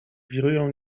wirują